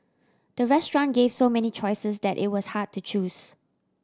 the restaurant gave so many choices that it was hard to choose